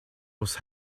was